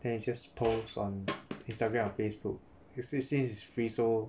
then you just post on Instagram or Facebook you say since it's free so